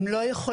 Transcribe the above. הם לא יכולים.